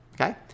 Okay